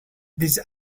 these